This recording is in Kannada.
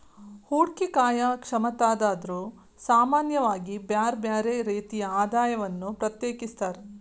ಹೂಡ್ಕಿ ಕಾರ್ಯಕ್ಷಮತಾದಾರ್ರು ಸಾಮಾನ್ಯವಾಗಿ ಬ್ಯರ್ ಬ್ಯಾರೆ ರೇತಿಯ ಆದಾಯವನ್ನ ಪ್ರತ್ಯೇಕಿಸ್ತಾರ್